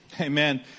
Amen